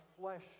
flesh